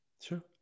Sure